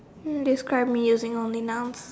um describe me only using nouns